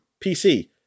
PC